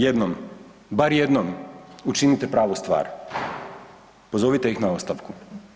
Jednom, bar jednom učinite pravu stvar, pozovite ih na ostavku.